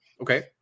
Okay